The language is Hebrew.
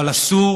אבל אסור